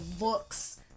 looks